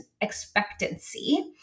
expectancy